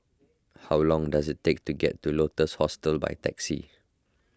how long does it take to get to Lotus Hostel by taxi